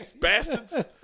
bastards